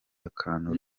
akantu